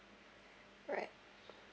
alright